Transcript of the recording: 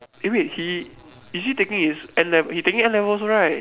eh wait he is he taking his N levels you taking N levels right